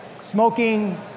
smoking